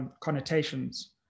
connotations